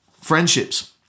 friendships